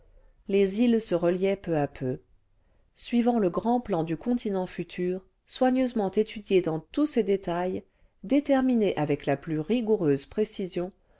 les îles se reliaient peu à peu suivant le grand plan du continent futur soigneusement étudié dans tous ses détails déterminé avec la plus rigoureuse précision